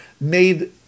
made